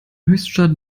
höchstadt